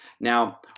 Now